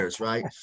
right